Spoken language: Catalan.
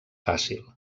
fàcil